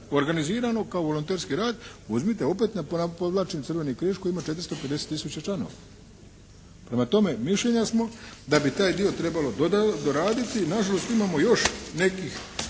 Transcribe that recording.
organizirano kao volonterski rad uzmite opet podvlačim Crveni križ koji ima 450 tisuća članova. Prema tome, mišljenja smo da bi taj dio trebalo doraditi i na žalost mi imamo još nekih